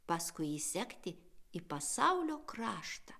paskui jį sekti į pasaulio kraštą